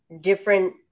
different